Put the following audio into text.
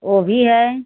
वो भी है